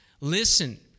Listen